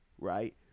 Right